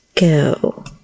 go